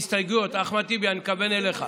הסתייגויות, אחמד טיבי, אני מתכוון אליך,